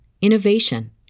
innovation